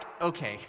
okay